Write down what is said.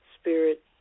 spirit